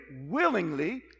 willingly